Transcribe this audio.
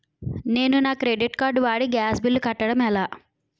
నేను నా credit card వాడి గ్యాస్ బిల్లు కట్టడం ఎలా?